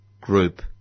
group